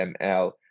ml